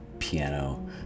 Piano